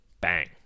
bang